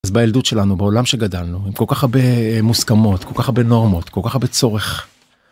אז בילדות שלנו, בעולם שגדלנו עם כל כך הרבה מוסכמות כל כך הרבה נורמות כל כך הרבה צורך.